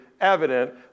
evident